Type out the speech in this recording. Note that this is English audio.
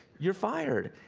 you're fired!